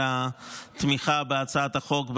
על התמיכה בהצעת החוק,